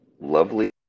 lovely